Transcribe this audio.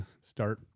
start